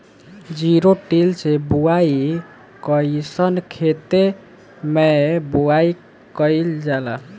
Zero till से बुआई कयिसन खेते मै बुआई कयिल जाला?